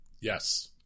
Yes